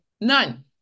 none